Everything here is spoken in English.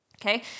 Okay